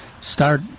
start